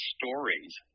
stories